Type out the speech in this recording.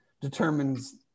determines